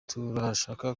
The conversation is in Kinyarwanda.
turashaka